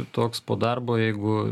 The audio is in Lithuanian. toks po darbo jeigu